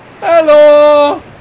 Hello